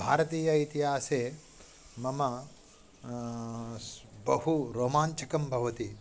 भारतीय इतिहासे मम स् बहु रोमाञ्चकं भवति